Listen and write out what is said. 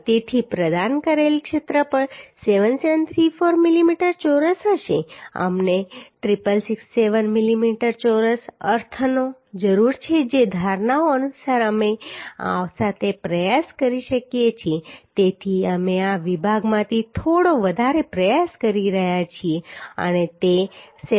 તેથી પ્રદાન કરેલ ક્ષેત્રફળ 7734 મિલીમીટર ચોરસ હશે અમને 6667 મિલીમીટર ચોરસ અર્થની જરૂર છે જે ધારણાઓ અનુસાર અમે આ સાથે પ્રયાસ કરી શકીએ છીએ તેથી અમે આ વિભાગમાંથી થોડો વધારે પ્રયાસ કરી રહ્યા છીએ અને તે છે 7734